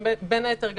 בין היתר,